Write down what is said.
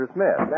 Smith